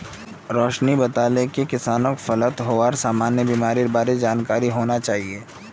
रोशिनी बताले कि किसानक फलत हबार सामान्य बीमारिर बार जानकारी होना चाहिए